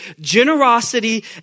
Generosity